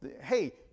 hey